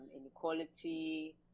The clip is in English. inequality